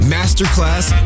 Masterclass